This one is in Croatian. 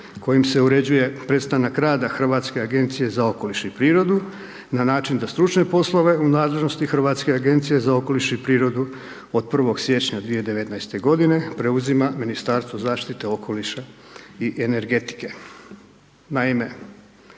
kojim se uređuje prestanak rada Hrvatske agencije za okoliš i prirodu na način da stručne poslove u nadležnosti Hrvatske agencije za okoliš i prirodu od 01. siječnja 2019. godine preuzima Ministarstvo zaštite okoliša i energetike. Naime,